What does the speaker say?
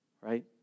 Right